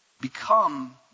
become